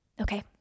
okay